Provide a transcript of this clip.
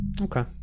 Okay